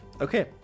Okay